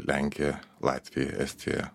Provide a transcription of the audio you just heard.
lenkija latvija estija